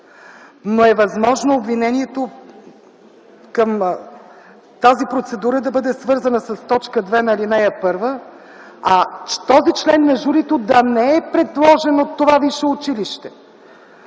но е възможно обвинението към тази процедура да бъде свързано с т. 2 на ал. 1, а този член на журито да не е предложен от това висше училище!